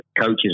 coaches